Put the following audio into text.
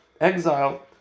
exile